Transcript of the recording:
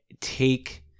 take